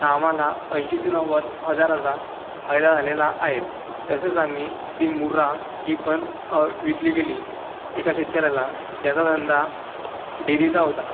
तर आम्हाला ऐंशी ते नव्वद हजाराचा फायदा झालेला आहे तसेच आम्ही ती मुर्रा ती पण विकली गेली एका शेतकऱ्याला ज्याचा धंदा डेरीचा होता